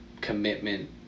commitment